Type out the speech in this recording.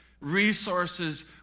resources